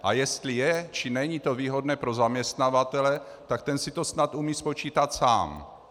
A jestli to je, či není výhodné pro zaměstnavatele, tak ten si to snad umí spočítat sám.